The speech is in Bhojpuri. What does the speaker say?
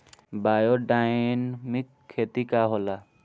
बायोडायनमिक खेती का होला?